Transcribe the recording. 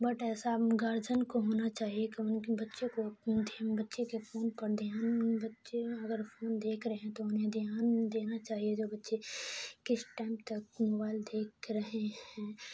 but ایسا guardian کو ہونا چاہیے کہ ان کے بچے کو بچے کے فون پر دھیان بچے اگر فون دیکھ رہے ہیں تو انہیں دھیان دینا چاہیے جو بچے کس ٹائم تک موبائل دیکھ رہے ہیں